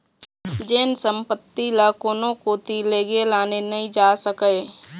जेन संपत्ति ल कोनो कोती लेगे लाने नइ जा सकय